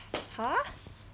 !huh!